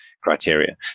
criteria